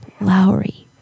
Lowry